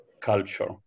culture